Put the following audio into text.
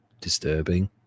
disturbing